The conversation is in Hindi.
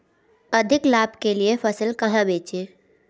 अधिक लाभ के लिए फसल कहाँ बेचें?